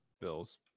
bills